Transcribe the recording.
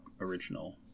original